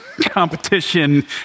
competition